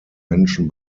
menschen